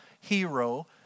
hero